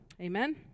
amen